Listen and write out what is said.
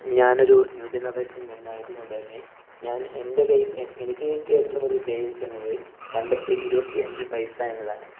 ഞാനൊരു new generation men ആയത് കൊണ്ട് തന്നെ ഞാൻ എൻ്റെ കൈയിൽ എനിക്ക് കിട്ടിയ ഒറ്റ ഒരു സേവിങ്സ് എന്നത് പണ്ടത്തെ ഇരുപത്തി അഞ്ചു പൈസ എന്നതാണ്